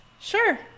sure